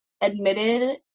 admitted